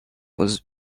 was